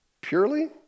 Purely